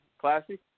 Classy